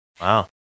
Wow